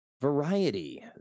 variety